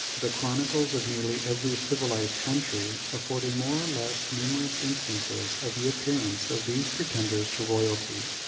the chronicles of nearly every civilized country affording more or less numerous instances of the appearance of these pretenders to royalty.